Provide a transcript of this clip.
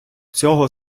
цього